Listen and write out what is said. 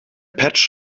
patch